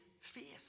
faith